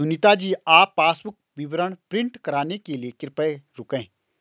सुनीता जी आप पासबुक विवरण प्रिंट कराने के लिए कृपया रुकें